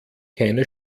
keine